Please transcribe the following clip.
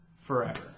forever